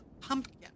pumpkin